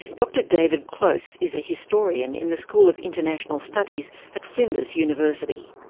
dr david close is a historian in the school of international studies at flinders university.